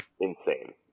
Insane